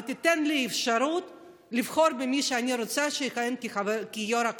ותיתן לי אפשרות לבחור במי שאני רוצה שיכהן כיו"ר הכנסת.